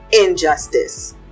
injustice